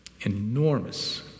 enormous